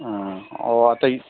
ꯑꯥ ꯑꯣ ꯑꯇꯩ